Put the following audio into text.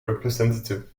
representatives